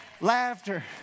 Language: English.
laughter